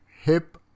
hip